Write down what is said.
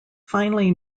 finally